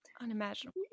Unimaginable